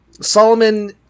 Solomon